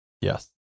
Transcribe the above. Yes